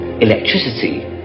Electricity